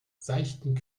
seichten